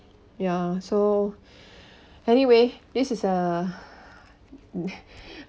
ya so anyway this is a